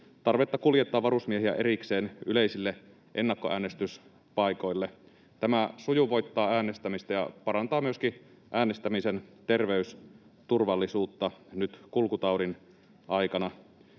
tarvetta kuljettaa varusmiehiä erikseen yleisille ennakkoäänestyspaikoille. Tämä sujuvoittaa äänestämistä ja parantaa myöskin äänestämisen terveysturvallisuutta nyt kulkutaudin aikana.